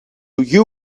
you